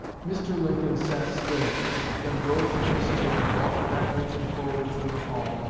mr. lincoln sat still a moment, then rose from his chair, walked backwards and forwards in the hall,